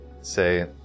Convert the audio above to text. say